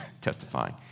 testifying